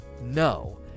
no